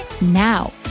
now